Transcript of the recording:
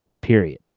Period